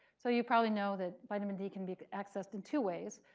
so you probably know that vitamin d can be accessed in two ways,